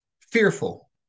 fearful